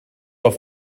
auf